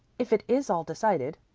if it is all decided.